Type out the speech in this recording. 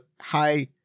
high